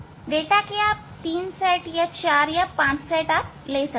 data के 3 set या 4 या 5 सेट हम ले सकते हैं